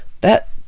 That